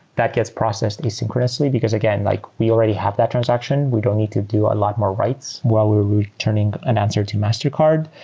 that gets processed asynchronously, because, again, like we already have that transaction. we don't need to do a lot more writes while we're returning an answer to mastercard.